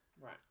Right